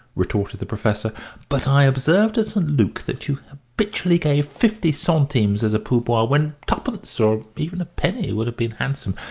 retorted the professor but i observed at st. luc that you habitually gave fifty centimes as a pourboire when twopence, or even a penny, would have been handsome.